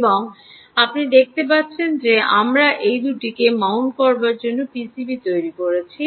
এবং আপনি দেখতে পাচ্ছেন যে আমরা এই দুটিকে মাউন্ট করার জন্য এই পিসিবি তৈরি করেছি